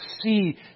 see